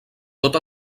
tot